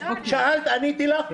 שאלת, עניתי לך.